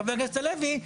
חבר הכנסת הלוי,